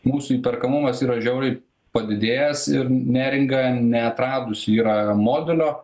mūsų įperkamumas yra žiauriai padidėjęs ir neringa neatradusi yra modulio